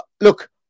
Look